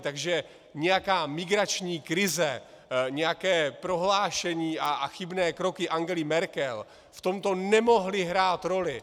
Takže nějaká migrační krize, nějaké prohlášení a chybné kroky Angely Merkel v tomto nemohly hrát roli.